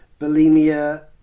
bulimia